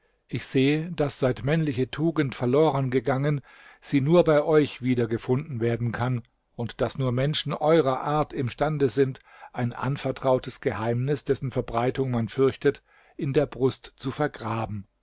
ich sehe daß seit männliche tugend verloren gegangen sie nur bei euch wieder gefunden werden kann und daß nur menschen eurer art imstande sind ein anvertrautes geheimnis dessen verbreitung man fürchtet in der brust zu vergraben